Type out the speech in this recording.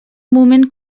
moment